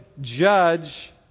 judge